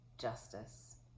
justice